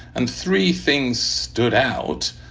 and three things stood out.